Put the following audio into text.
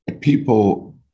People